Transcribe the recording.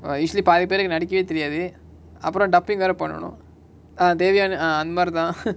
ah actually பாதி பேருக்கு நடிகவே தெரியாது அப்ரோ:paathi peruku nadikave theriyathu apro dubbing வேர பன்னணு:vera pannanu ah தேவயான:thevayana ah அந்தமாரிதா:anthamaritha